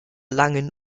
langen